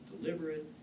deliberate